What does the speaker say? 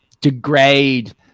degrade